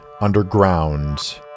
underground